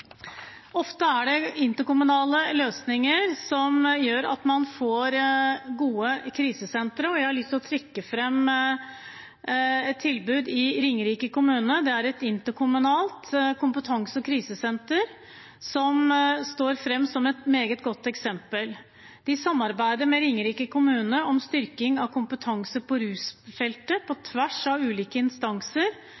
Ofte er det interkommunale løsninger som gjør at man får gode krisesentre, og jeg har lyst til å trekke fram et tilbud i Ringerike kommune. Det er et interkommunalt kompetanse- og krisesenter, som står fram som et meget godt eksempel. De samarbeider med Ringerike kommune om styrking av kompetansen på rusfeltet på